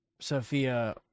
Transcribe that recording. Sophia